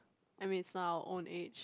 I mean is our own age